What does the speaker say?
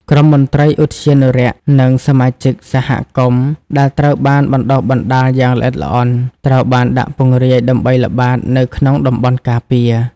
ក្រុមមន្ត្រីឧទ្យានុរក្ស និងសមាជិក សហគមន៍ ដែលត្រូវបានបណ្ដុះបណ្ដាលយ៉ាងល្អិតល្អន់ ត្រូវបានដាក់ពង្រាយដើម្បីល្បាតនៅក្នុងតំបន់ការពារ។